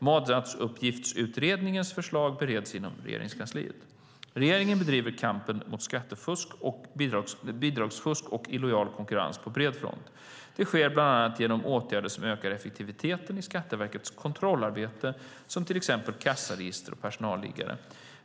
Månadsuppgiftsutredningens förslag bereds inom Regeringskansliet. Regeringen bedriver kampen mot skattefusket, bidragsfusket och den illojala konkurrensen på bred front. Det sker bland annat genom åtgärder som ökar effektiviteten i Skatteverkets kontrollarbete, som till exempel kassaregister och personalliggare.